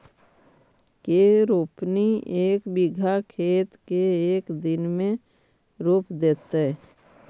के रोपनी एक बिघा खेत के एक दिन में रोप देतै?